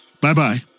Bye-bye